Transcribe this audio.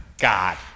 God